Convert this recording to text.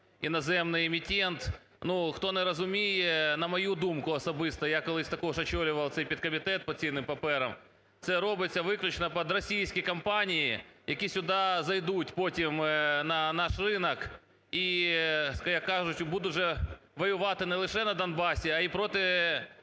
"іноземний емітент". Хто не розуміє, на мою думку особисту, я колись також очолював цей підкомітет по цінним паперам, це робиться виключно під російські компанії, які сюди зайдуть потім на наш ринок і, як кажуть, будуть вже воювати не лише на Донбасі, а і проти